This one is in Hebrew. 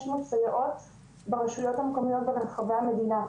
סייעות ברשויות המקומיות ברחבי המדינה.